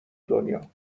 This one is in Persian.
دنیا